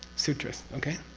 sutrist, okay?